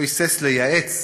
לא היסס לייעץ